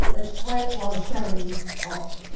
it's worthwhile showing off.